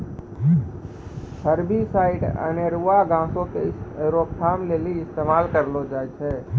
herbicides अनेरुआ घासो के रोकथाम लेली इस्तेमाल करलो जाय छै